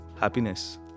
happiness